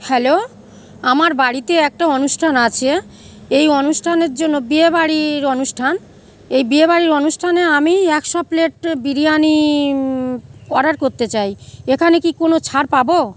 hello আমার বাড়িতে একটা অনুষ্ঠান আছে এই অনুষ্ঠানের জন্য বিয়ে বাড়ির অনুষ্ঠান এই বিয়ে বাড়ির অনুষ্ঠানে আমি একশো প্লেট বিরিয়ানি অর্ডার করতে চাই এখানে কি কোনো ছাড় পাবো